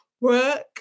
work